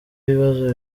ibibazo